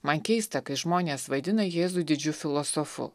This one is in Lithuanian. man keista kai žmonės vadina jėzų didžiu filosofu